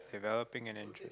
developing an interest